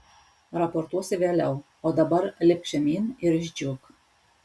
raportuosi vėliau o dabar lipk žemyn ir išdžiūk